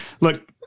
Look